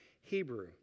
Hebrew